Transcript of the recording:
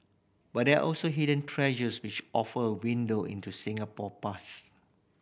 but there are also hidden treasures which offer a window into Singapore past